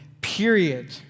period